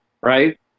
right